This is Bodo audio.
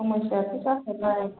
समायसायाथ' जाखाबाय